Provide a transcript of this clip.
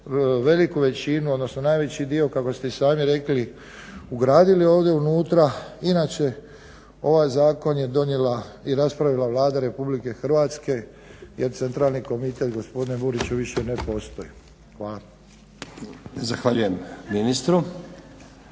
veliku većinu, odnosno najveći dio kako ste i sami rekli ugradili ovdje unutra. Inače ovaj zakon je donijela i raspravila Vlada Republike Hrvatske jer centralni komitet gospodine Buriću više ne postoji. Hvala. **Stazić, Nenad